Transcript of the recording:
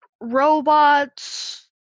robots